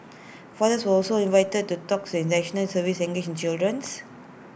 fathers also invited to talks in National Service to engage the children